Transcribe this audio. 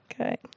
Okay